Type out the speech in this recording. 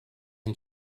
and